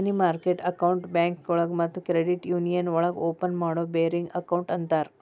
ಮನಿ market ಅಕೌಂಟ್ನ ಬ್ಯಾಂಕೋಳಗ ಮತ್ತ ಕ್ರೆಡಿಟ್ ಯೂನಿಯನ್ಸ್ ಒಳಗ ಓಪನ್ ಮಾಡೋ ಬೇರಿಂಗ್ ಅಕೌಂಟ್ ಅಂತರ